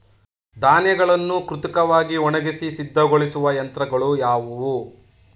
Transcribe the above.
ಧಾನ್ಯಗಳನ್ನು ಕೃತಕವಾಗಿ ಒಣಗಿಸಿ ಸಿದ್ದಗೊಳಿಸುವ ಯಂತ್ರಗಳು ಯಾವುವು?